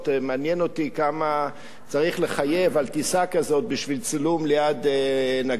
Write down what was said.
מעניין אותי כמה צריך לחייב על טיסה כזאת בשביל צילום ליד נגמ"ש.